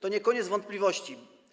To nie koniec wątpliwości.